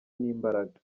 n’imbaraga